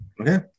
Okay